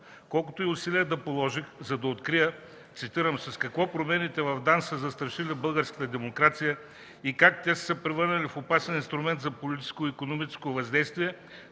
колкото и усилия да положих, за да открия, цитирам: „с какво промените в ДАНС са застрашили българската демокрация и как те са се превърнали в опасен инструмент за политическо и икономическо въздействие,